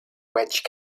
wedge